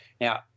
Now